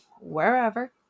wherever